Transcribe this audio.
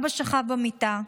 אבא שכב במיטה,